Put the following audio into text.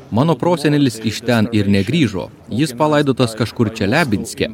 mano prosenelis iš ten ir negrįžo jis palaidotas kažkur čeliabinske